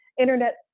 internet